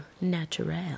natural